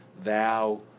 thou